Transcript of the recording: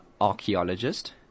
archaeologist